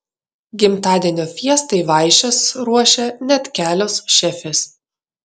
gimtadienio fiestai vaišes ruošė net kelios šefės